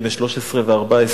בני 13 ו-14.